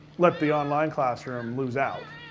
let the online classroom lose out,